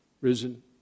risen